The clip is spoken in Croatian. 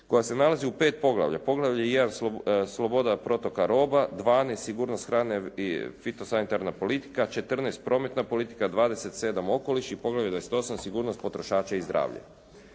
koja se nalazi u pet poglavljima. poglavlje 1 – Sloboda protoka roba, poglavlje 12 – Sigurnost hrane i fito sanitarna politika, poglavlje 14 – Prometna politika, poglavlje 27 – Okoliš i poglavlje 28 – Sigurnost potrošača i zdravlje.